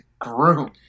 groom